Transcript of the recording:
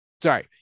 sorry